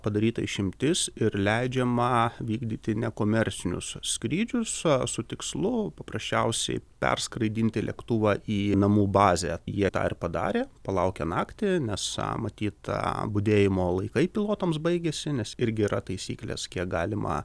padaryta išimtis ir leidžiama vykdyti nekomercinius skrydžius su tikslu paprasčiausiai perskraidinti lėktuvą į namų bazę jie tą ir padarė palaukė naktį nes matyt budėjimo laikai pilotams baigėsi nes irgi yra taisyklės kiek galima